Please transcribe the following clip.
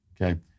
okay